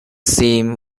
theme